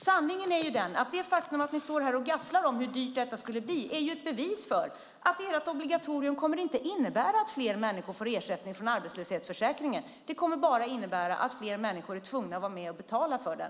Sanningen är att det faktum att ni står här och gafflar om hur dyrt detta skulle bli är ett bevis för att ert obligatorium inte kommer att innebära att fler människor får ersättning från arbetslöshetsförsäkringen. Det kommer bara att innebära att fler människor är tvungna att vara med och betala för den.